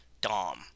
Dom